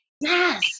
Yes